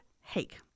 Hake